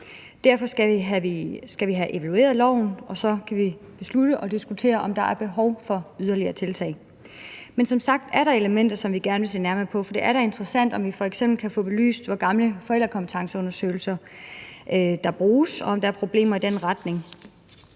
Derfor skal vi have evalueret loven, og så kan vi beslutte og diskutere, om der er behov for yderligere tiltag. Men som sagt er der elementer, som vi gerne vil se nærmere på, for det er da interessant, om vi f.eks. kan få belyst, hvor gamle forældrekompetenceundersøgelser der bruges, og om der er problemer i den retning,